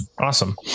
Awesome